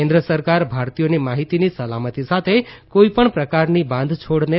કેન્દ્ર સરકાર ભારતીયોની માહિતીની સલામતી સાથે કોઈપણ પ્રકારની બાંધછોડને